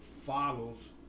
Follows